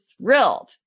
thrilled